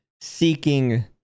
seeking